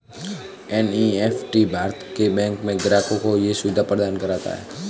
NEFT Bharat में bank के ग्राहकों को ये सुविधा प्रदान करता है